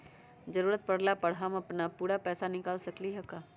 जरूरत परला पर हम अपन पूरा पैसा निकाल सकली ह का?